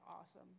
awesome